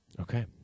Okay